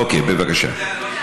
אוקיי, בבקשה.